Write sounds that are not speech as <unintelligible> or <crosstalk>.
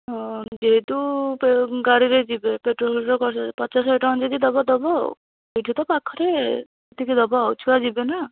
ହଁ ଯେହେତୁ ଗାଡ଼ିରେ ଯିବେ ପେଟ୍ରୋଲ <unintelligible> ପଚାଶ ଶହେ ଟଙ୍କା ଯଦି ଦେବ ଦେବ ଏଇଠୁ ତ ପାଖରେ କିଛି ଦେବ ଛୁଆ ଯିବେନା